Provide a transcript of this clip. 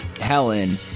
helen